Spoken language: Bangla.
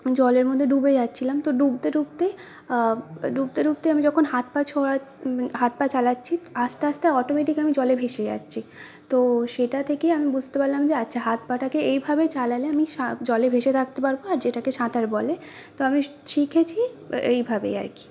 জলের মধ্যে ডুবে যাচ্ছিলাম তো ডুবতে ডুবতে ডুবতে ডুবতে আমি যখন হাত পা ছোঁড়া হাত পা চালাচ্ছি আস্তে আস্তে অটোমেটিক আমি জলে ভেসে যাচ্ছি তো সেটা থেকেই আমি বুঝতে পারলাম যে আচ্ছা হাত পাটাকে এইভাবে চালালে আমি জলে ভেসে থাকতে পারব আর যেটাকে সাঁতার বলে তো আমি শিখেছি এইভাবেই আর কি